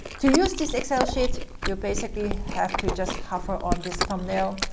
to use this excel sheet, you basically have to just hover on this thumbnail,